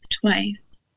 twice